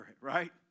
right